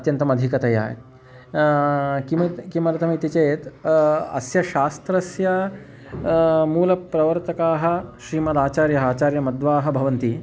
अत्यन्तम् अधिकतया किमिति किमर्थम् इति चेत् अस्य शास्त्रस्य मूलप्रवर्तकाः श्रीमद् आचार्यः आचार्यः मध्वः भवन्ति